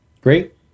Great